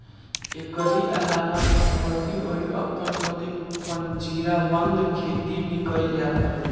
एकरी अलावा तटवर्ती अउरी अपतटीय पिंजराबंद खेती भी कईल जात हवे